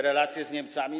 Relacje z Niemcami.